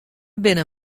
binne